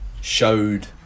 showed